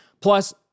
Plus